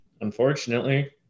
unfortunately